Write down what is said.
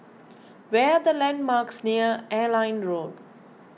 where are the landmarks near Airline Road